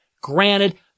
Granted